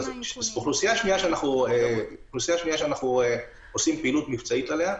אוכלוסייה שניה שאנחנו עושים עליה פעילות מבצעית,